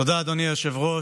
תודה, אדוני היושב-ראש.